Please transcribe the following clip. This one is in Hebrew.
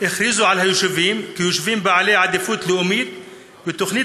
הכריזו על היישובים כיישובי עדיפות לאומית בתוכניות